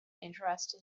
interested